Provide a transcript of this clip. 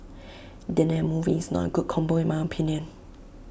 dinner and movie is not A good combo in my opinion